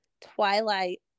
Twilight